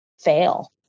fail